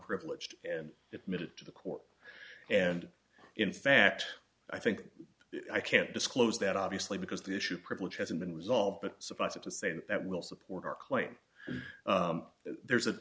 privileged and it made it to the court and in fact i think i can't disclose that obviously because the issue privilege hasn't been resolved but suffice it to say that we'll support our claim there's a